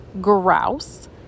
Grouse